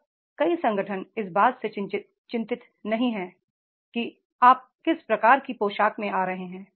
अब कई संगठनइस बात से चिं तित नहीं हैं कि आप किस प्रकार की पोशाक में आ रहे हैं